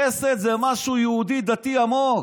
חסד זה משהו יהודי דתי עמוק.